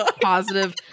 positive